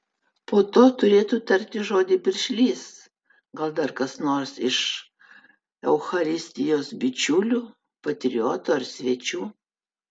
po to turėtų tarti žodį piršlys gal dar kas nors iš eucharistijos bičiulių patriotų ar svečių